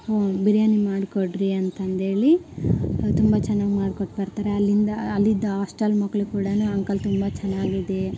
ಹ್ಞೂ ಬಿರಿಯಾನಿ ಮಾಡಿಕೊಡ್ರಿ ಅಂತಂದೇಳಿ ಅವ್ರು ತುಂಬ ಚೆನ್ನಾಗ್ ಮಾಡ್ಕೊಟ್ಟು ಬರ್ತಾರೆ ಅಲ್ಲಿಂದ ಅಲ್ಲಿದ್ದ ಆಸ್ಟೆಲ್ ಮಕ್ಕಳು ಕೂಡನೂ ಅಂಕಲ್ ತುಂಬ ಚೆನ್ನಾಗಿದೆ